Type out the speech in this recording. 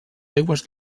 aigües